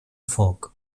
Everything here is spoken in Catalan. foc